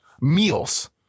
meals